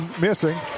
missing